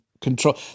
control